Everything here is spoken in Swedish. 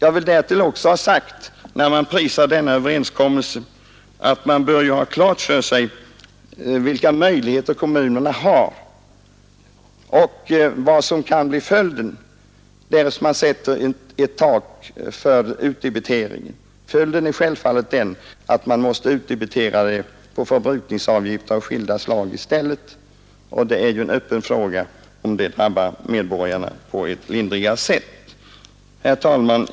Jag vill därtill också ha sagt att när man prisar denna överenskommelse bör man ha klart för sig vilka möjligheter kommunerna har att fullfölja den och vad som kan bli följden, därest man sätter ett tak för utdebiteringen. Följden blir säkert att man i många fall måste göra en höjning på förbrukningsavgifter av skilda slag i stället. Det är en öppen fråga om detta drabbar medborgarna på ett lindrigare sätt. Herr talman!